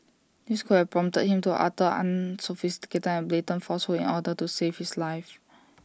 this could have prompted him to utter unsophisticated and blatant falsehoods in order to save his life